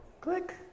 Click